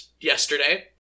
yesterday